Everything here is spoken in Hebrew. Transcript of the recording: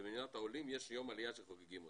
שבמדינת העולים יש יום עלייה אותו חוגגים,